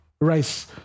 rice